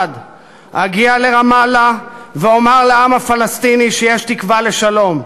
אגיע לרמאללה ואומר לעם הפלסטיני שיש תקווה לשלום,